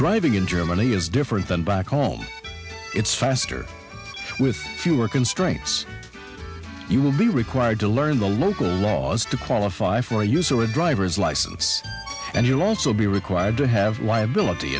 driving in germany is different than back home it's faster with fewer constraints you will be required to learn the local laws to qualify for you so a driver's license and you'll also be required to have liability